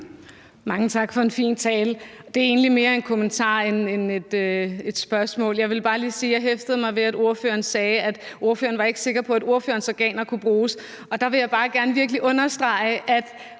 Mange tak for en fin tale. Det er egentlig mere en kommentar end et spørgsmål. Jeg vil bare lige sige, at jeg hæftede mig ved, at ordføreren sagde, at ordføreren ikke var sikker på, at ordførerens organer kunne bruges. Og der vil jeg bare gerne virkelig understrege, at